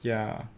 ya